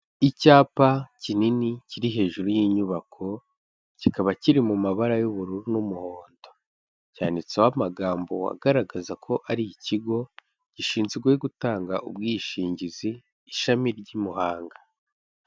Icyapa kinini kiri hejuru y'inyubako, kikaba kiri mu mabara y'ubururu n'umuhondo, cyanditseho amagambo agaragaza ko ari ikigo gishinzwe gutanga ubwishingizi ishami ry'i Muhanga.